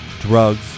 drugs